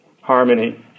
harmony